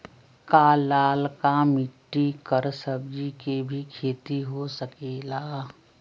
का लालका मिट्टी कर सब्जी के भी खेती हो सकेला?